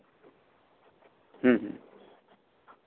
ᱦᱮᱸ ᱦᱮᱸ